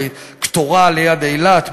בקטורה ליד אילת,